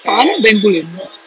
kat mana bencoolen